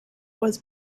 was